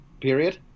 period